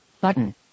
Button